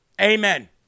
Amen